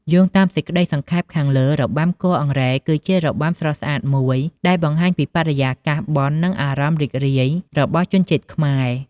យោងតាមសេចក្តីសង្ខេបខាងលើ របាំគោះអង្រែ គឺជារបាំស្រស់ស្អាតមួយដែលបង្ហាញពីបរិយាកាសបុណ្យនិងអារម្មណ៍រីករាយរបស់ជនជាតិខ្មែរ។